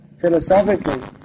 philosophically